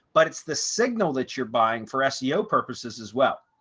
but it's the signal that you're buying for seo purposes as well.